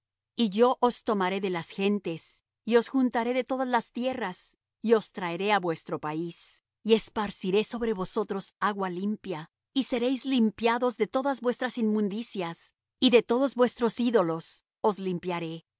y yo os tomaré de las gentes y os juntaré de todas las tierras y os traeré á vuestro país y esparciré sobre vosotros agua limpia y seréis limpiados de todas vuestras inmundicias y de todos vuestros ídolos os limpiaré y